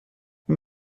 این